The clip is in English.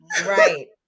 Right